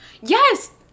Yes